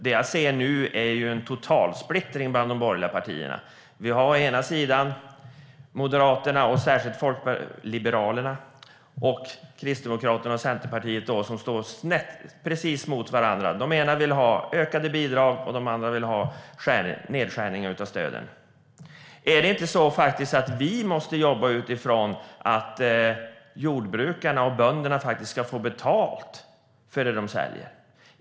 Det jag ser nu är en totalsplittring bland de borgerliga partierna. Å ena sidan har vi Moderaterna och särskilt Liberalerna, å den andra Kristdemokraterna och Centerpartiet. De står precis mot varandra. Den ena sidan vill ha nedskärningar av stöden, de andra vill ha ökade bidrag. Är det inte så att vi måste jobba utifrån att jordbrukarna och bönderna faktiskt ska få betalt för det de säljer?